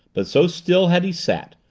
but so still had he sat,